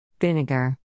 Vinegar